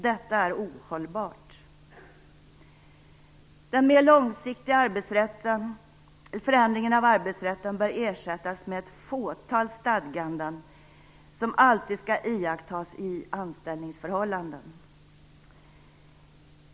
Detta är ohållbart. Den mer långsiktiga förändringen av arbetsrätten bör ersättas med ett fåtal stadganden som alltid skall iakttas i anställningsförhållanden.